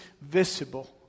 visible